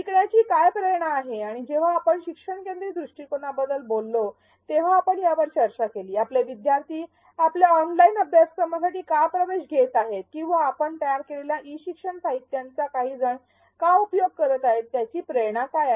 शिकण्याची काय प्रेरणा आहे आणि जेव्हा आपण शिक्षण केंद्रीत दृष्टिकोनाबद्दल बोललो तेव्हा आपण यावर चर्चा केली आपले विद्यार्थी आपल्या ऑनलाइन अभ्यासक्रमासाठी का प्रवेश घेत आहेत किंवा आपण तयार केलेल्या ई शिक्षण साहित्याचा काहीजण का उपयोग करत आहेत त्यांची प्रेरणा काय आहे